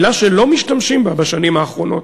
זו מילה שלא משתמשים בה בשנים האחרונות.